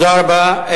תודה רבה.